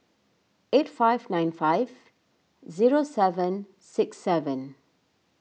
eight five nine five zero seven six seven